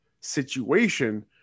situation